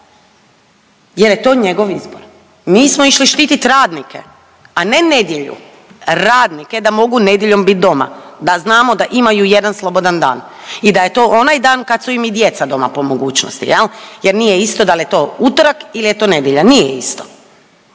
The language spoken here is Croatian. jer je to njegov izbor. Mi smo išli štititi radnike, a ne nedjelju, radnike da mogu nedjeljom bit doma, da znamo da imaju jedan slobodan dan i da je to onaj dan kad su im i djeca doma po mogućnosti. Jer nije isto da li je to utorak ili je to nedjelja, nije isto.